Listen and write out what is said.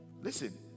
listen